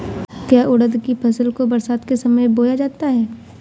क्या उड़द की फसल को बरसात के समय बोया जाता है?